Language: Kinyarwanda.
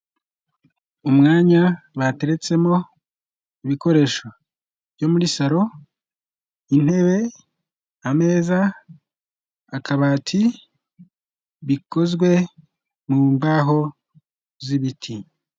Umwanya bateretsemo ibikoresho byo muri salo: intebe, ameza, akabati, bikozwe mu mbaho z'ibiti.